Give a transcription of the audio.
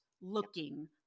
looking